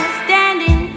standing